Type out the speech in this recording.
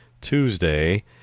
Tuesday